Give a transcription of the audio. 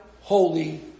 holy